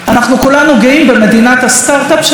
אנחנו כולנו גאים במדינת הסטרטאפ שלנו,